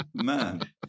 Man